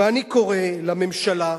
ואני קורא לממשלה,